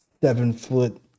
seven-foot